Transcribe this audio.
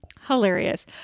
hilarious